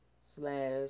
slash